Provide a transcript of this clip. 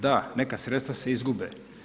Da, neka sredstva se izgube.